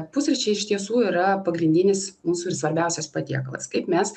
pusryčiai iš tiesų yra pagrindinis mūsų ir svarbiausias patiekalas kaip mes